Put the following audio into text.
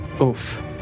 Oof